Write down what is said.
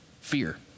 fear